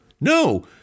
No